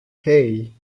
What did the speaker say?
hey